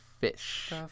fish